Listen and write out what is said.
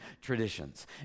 traditions